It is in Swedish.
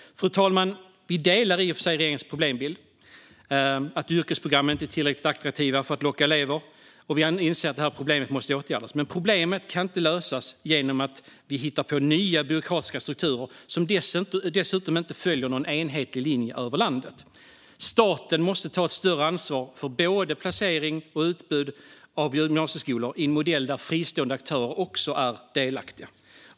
Fru talman! Sverigedemokraterna delar i och för sig regeringens problembild: Yrkesprogrammen är inte tillräckligt attraktiva för att locka elever. Vi inser att detta problem måste åtgärdas. Men problemet kan inte lösas genom att vi hittar på nya byråkratiska strukturer, som dessutom inte följer någon enhetlig linje över landet. Staten måste ta ett större ansvar för både placering och utbud av gymnasieskolor i en modell där även fristående aktörer är delaktiga.